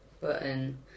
button